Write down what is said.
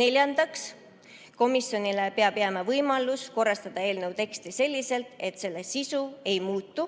neljandaks, komisjonile peab jääma võimalus korrastada eelnõu teksti selliselt, et selle sisu ei muutu.